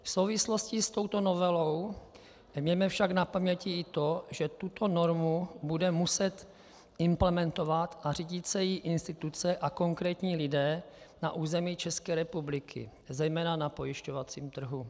V souvislosti s tímto zákonem mějme však na paměti i to, že tuto normu budou muset implementovat a řídit se jí instituce a konkrétní lidé na území České republiky, zejména na pojišťovacím trhu.